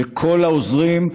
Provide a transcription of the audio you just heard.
לכל העוזרים,